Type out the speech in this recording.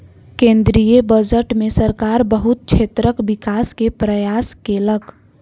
केंद्रीय बजट में सरकार बहुत क्षेत्रक विकास के प्रयास केलक